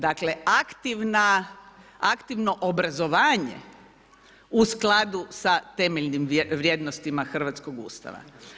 Dakle, aktivno obrazovanje u skladu sa temeljnim vrijednostima hrvatskog Ustava.